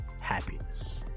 happiness